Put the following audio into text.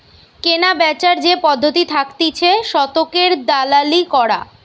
কেনাবেচার যে পদ্ধতি থাকতিছে শতকের দালালি করা